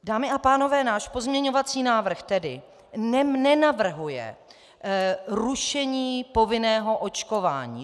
Dámy a pánové, náš pozměňovací návrh tedy nenavrhuje rušení povinného očkování.